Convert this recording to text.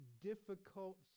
difficult